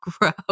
gross